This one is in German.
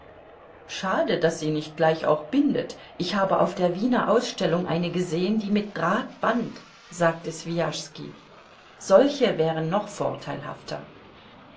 schade daß sie nicht gleich auch bindet ich habe auf der wiener ausstellung eine gesehen die mit drahtband sagte swijaschski solche wären noch vorteilhafter